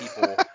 people